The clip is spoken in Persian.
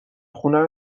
خونه